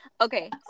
Okay